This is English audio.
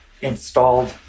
installed